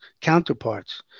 counterparts